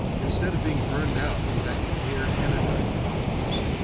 instead of being burned out attacking mere anodyne-problems.